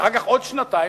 ואחר כך עוד שנתיים,